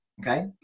Okay